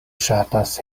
ŝatas